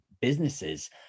businesses